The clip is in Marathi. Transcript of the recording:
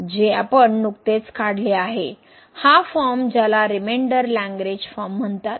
जे आपण नुकतेच काढले आहे हा फॉर्म ज्याला रिमेनडर लग्रेंज फॉर्म म्हणतात